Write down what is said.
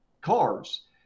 cars